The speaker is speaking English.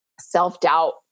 self-doubt